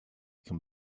can